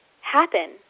happen